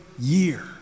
year